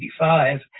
1985